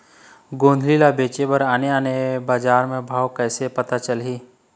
गोंदली ला बेचे बर आने आने बजार का भाव कइसे पता चलही?